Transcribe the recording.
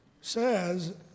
says